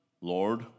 Lord